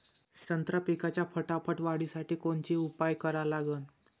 संत्रा पिकाच्या फटाफट वाढीसाठी कोनचे उपाव करा लागन?